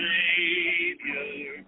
Savior